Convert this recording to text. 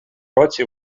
році